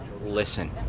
listen